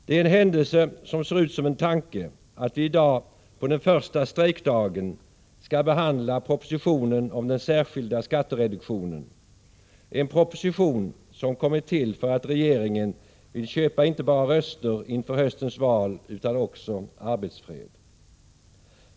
Det är en händelse som ser ut som en tanke att vi i dag på den första strejkdagen skall behandla propositionen om den särskilda skattereduktionen, en proposition som kommit till för att regeringen vill köpa inte bara röster inför höstens val utan också arbetsfred.